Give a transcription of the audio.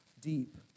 deep